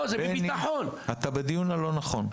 בני, אתה בדיון הלא נכון.